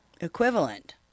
equivalent